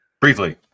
Briefly